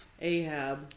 Ahab